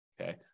Okay